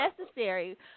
necessary